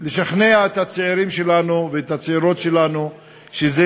לשכנע את הצעירים שלנו ואת הצעירות שלנו שזה